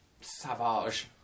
Savage